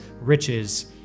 riches